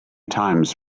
times